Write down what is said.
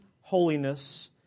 holiness